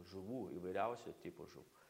žuvų įvairiausių tipų žuv